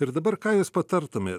ir dabar ką jūs patartumėt